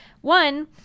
One